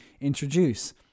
introduce